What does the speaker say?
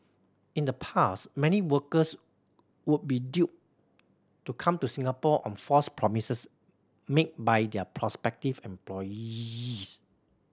in the past many workers would be duped to come to Singapore on false promises made by their prospective employees